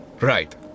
right